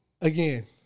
again